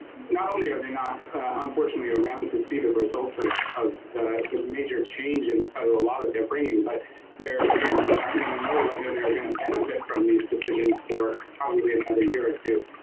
not only are they not unfortunately around to see the results of of the the major change in the federal a lot of they're bringing but their families aren't going to know whether they're going to benefit from these decisions for probably another year or two